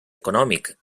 econòmic